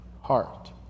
heart